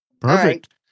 Perfect